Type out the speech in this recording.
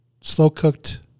slow-cooked